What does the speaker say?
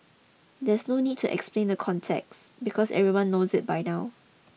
there's no need to explain the context because everyone knows it by now